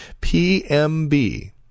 PMB